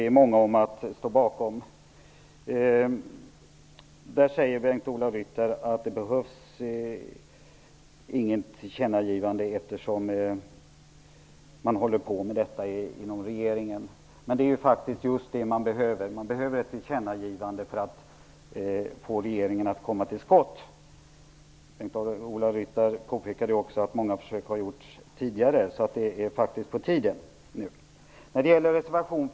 Herr talman! Jag vill först ta upp det som Bengt Ola Ryttar nämnde om skärgårdssamhällena och den reservation som vi är många om att stå bakom. Bengt Ola Ryttar säger att det inte behövs något tillkännagivande eftersom regeringen arbetar med detta. Men det är ju just det man behöver. Man behöver ett tillkännagivande för att få regeringen att komma till skott. Bengt-Ola Ryttar påpekade också att många försök har gjorts tidigare, så det är faktiskt på tiden nu. När det gäller res.